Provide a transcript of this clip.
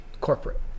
Corporate